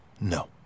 No